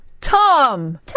Tom